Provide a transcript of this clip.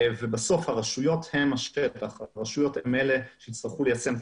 ובסוף הרשויות הן אלה שיצטרכו ליישם את